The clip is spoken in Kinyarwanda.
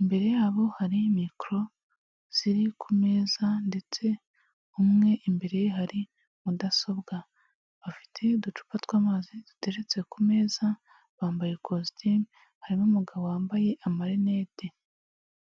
imbere yabo hari mikoro ziri ku meza, ndetse umwe imbere ye hari mudasobwa, bafite uducupa tw'amazi duteretse ku meza, bambaye kositimu, harimo umugabo wambaye amarinete.